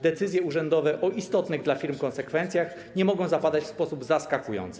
Decyzje urzędowe o istotnych dla firm konsekwencjach nie mogą zapadać w sposób zaskakujący.